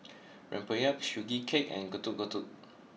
Rempeyek Sugee Cake and Getuk Getuk